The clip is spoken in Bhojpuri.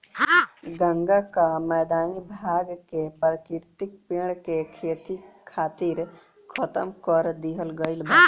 गंगा कअ मैदानी भाग के प्राकृतिक पेड़ के खेती खातिर खतम कर दिहल गईल बाटे